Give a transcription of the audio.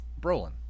Brolin